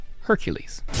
hercules